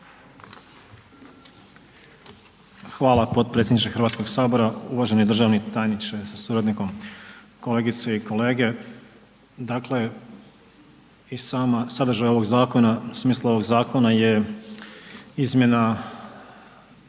Hvala potpredsjedniče Hrvatskog sabora, uvaženi državni tajniče sa suradnikom, kolegice i kolege. Dakle, i sadržaj ovog zakona u smislu ovog zakona je izmjena